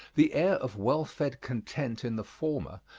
the air of well-fed content in the former,